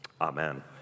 Amen